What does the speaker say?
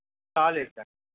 चालेल चालेल